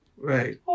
right